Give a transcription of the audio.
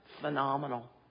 phenomenal